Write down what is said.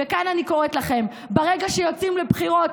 וכאן אני קוראת לכם: ברגע שיוצאים לבחירות,